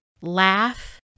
laugh